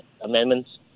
amendments